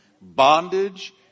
bondage